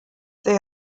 they